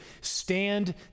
stand